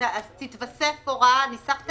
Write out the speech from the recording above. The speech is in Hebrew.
בקשה לשימור עובדים - יהיה מנגנון של קיזוז בין הבקשות.